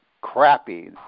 crappy